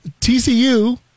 TCU